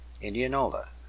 Indianola